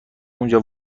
اونجا